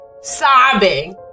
sobbing